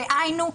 דהיינו,